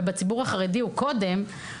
ובציבור החרדי זה קודם,